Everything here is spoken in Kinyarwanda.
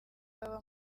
baba